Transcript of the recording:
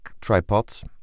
tripods